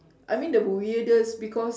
I mean the weirdest because